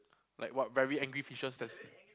like what very angry fishes that's